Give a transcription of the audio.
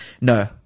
no